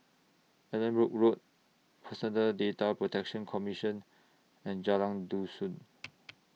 Allanbrooke Road Personal Data Protection Commission and Jalan Dusun